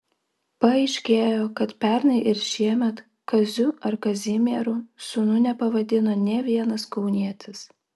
paaiškėjo kad pernai ir šiemet kaziu ar kazimieru sūnų nepavadino nė vienas kaunietis